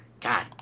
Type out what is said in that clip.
god